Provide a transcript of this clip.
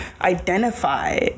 identify